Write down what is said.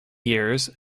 years